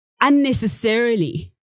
unnecessarily